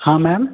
हाँ मैम